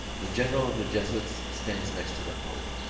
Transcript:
the general of the jesuits stands next to the pope.